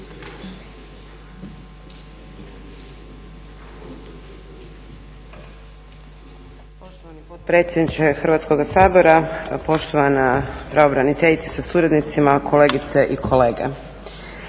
Poštovani potpredsjedniče Hrvatskoga sabora, poštovana pravobraniteljice sa suradnicima, kolegice i kolege.